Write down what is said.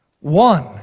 one